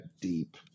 deep